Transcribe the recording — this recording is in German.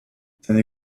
seine